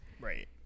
Right